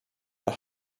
the